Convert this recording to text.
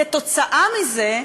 כתוצאה מזה,